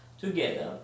together